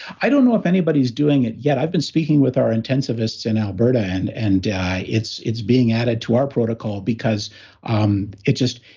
i don't know if anybody's doing it yet. i've been speaking with our intensivists in alberta and and it's it's being added to our protocol because um it just,